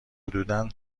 حدودا